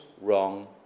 wrong